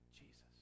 Jesus